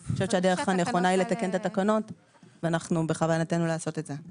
אני חושבת שהדרך הנכונה היא לתקן את התקנות ובכוונתנו לעשות את זה.